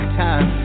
time